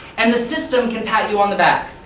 and the system can pat you on the back,